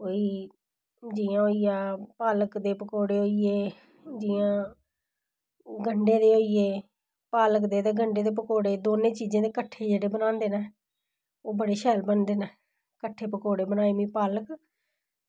कोई जि'यां होई गेआ पालक दे पकौड़े होई गेआ जि'यां गंडे दे होई गे पालक ते गंडे दे जेह्ड़े पकौड़े ओह् कट्ठे जेह्ड़े बनांदे न ओह् बड़े शैल बनदे न कट्ठे पकौड़े बनाये में पालक